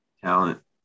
talent